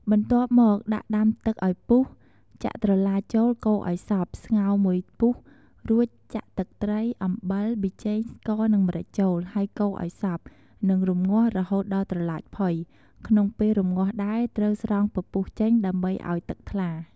បន្ទាប់មកដាក់ដាំទឹកឱ្យពុះ ចាក់ត្រឡាចចូល កូរឱ្យសព្វ ស្ងោរមួយពុះ រួចចាក់ទឹកត្រី អំបិល ប៊ីចេង ស្ករ និងម្រេចចូល ហើយកូរឱ្យសព្វ និងរម្ងាស់រហូតដល់ត្រឡាចផុយ ក្នុងពេលរម្ងាស់ដែរ ត្រូវស្រង់ពពុះចេញ ដើម្បីឱ្យទឹកថ្លា។